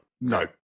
No